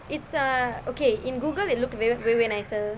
it's err okay in Google it looked way way nicer